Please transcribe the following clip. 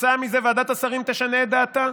כתוצאה מזה, ועדת השרים תשנה את דעתה.